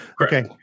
Okay